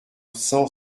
cent